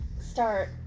start